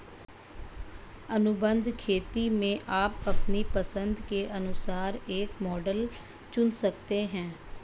अनुबंध खेती में आप अपनी पसंद के अनुसार एक मॉडल चुन सकते हैं